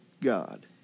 God